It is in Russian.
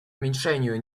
уменьшению